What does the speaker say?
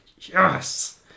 yes